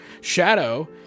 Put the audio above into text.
Shadow